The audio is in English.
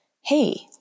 Hey